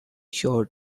sure